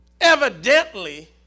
Evidently